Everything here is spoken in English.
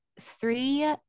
three